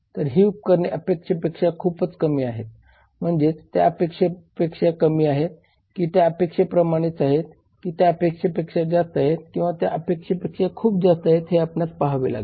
तर ही उपकरणे अपेक्षेपेक्षा खूपच कमी आहेत म्हणजेच त्या अपेक्षेपेक्षा कमी आहेत की त्या अपेक्षेप्रमाणेच आहेत की त्या अपेक्षेपेक्षा जास्त आहेत किंवा त्या अपेक्षेपेक्षा खूप जास्त आहे हे आपणास पहावे लागेल